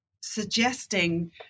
suggesting